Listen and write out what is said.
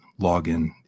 login